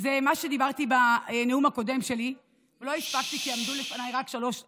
זה מה שאמרתי בנאום הקודם שלי ולא הספקתי כי עמדו לרשותי רק שלוש דקות,